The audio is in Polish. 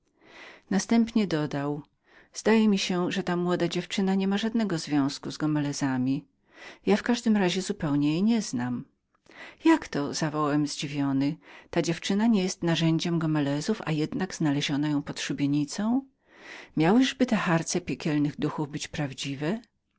następnie dodał zdaje mi się z pewnością że młoda ta dziewczyna nie ma żadnego związku z gomelezami i zupełnie jej nie znam jak to zawołałem zdziwiony ta dziewczyna nie jest narzędziem gomelezów a jednak znadująznajdują ją pod szubienicą miałyżby te harce piekielnych duchów być prawdziwemi